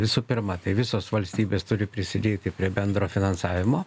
visų pirma tai visos valstybės turi prisidėti prie bendro finansavimo